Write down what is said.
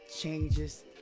changes